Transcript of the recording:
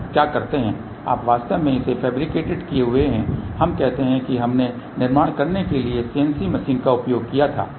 आप क्या करते हैं आप वास्तव में इसे फैब्रिकेटेड किये हुए हैं हम कहते हैं कि हमने निर्माण करने के लिए CNC मशीन का उपयोग किया था